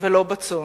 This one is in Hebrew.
ולא בצאן.